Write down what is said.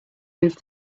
move